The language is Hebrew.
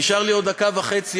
נשארה לי עוד דקה וחצי.